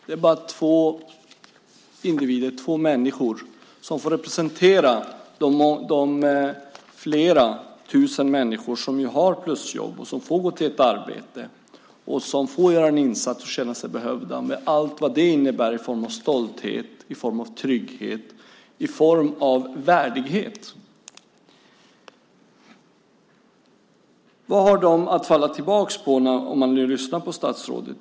Det är bara två individer, två människor, som får representera de flera tusen människor som har plusjobb, som får gå till ett arbete, som får göra en insats och får känna sig behövda med allt vad det innebär i form av stolthet, i form av trygghet, i form av värdighet. Vad har de att falla tillbaka på, om man nu lyssnar på statsrådet?